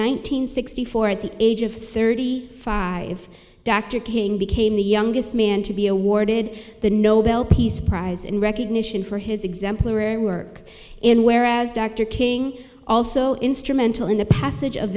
hundred sixty four at the age of thirty five dr king became the youngest man to be awarded the nobel peace prize in recognition for his exemplary work in whereas dr king also instrumental in the passage of